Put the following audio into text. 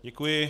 Děkuji.